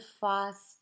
fast